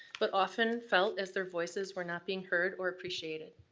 but often felt as their voices were not being heard or appreciated.